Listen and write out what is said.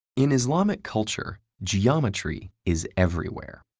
in islamic culture, geometry is everywhere.